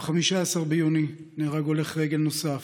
ב-15 ביוני נהרג הולך רגל נוסף,